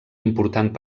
important